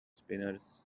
spinners